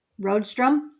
Roadstrom